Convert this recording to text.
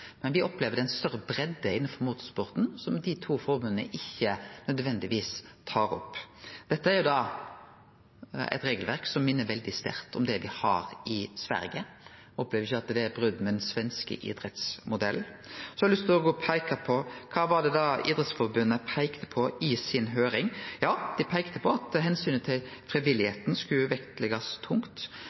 men me opplever at det er ei større breidde innanfor motorsporten, som dei to forbunda ikkje nødvendigvis tar opp. Dette er eit regelverk som minner veldig sterkt om det dei har i Sverige, og eg opplever ikkje at det er eit brot med den svenske idrettsmodellen. Eg har lyst til å peike på det Idrettsforbundet peikte på i høyringa. Dei peikte på at omsynet til frivilligheita skulle vektleggjast tungt.